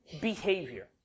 behavior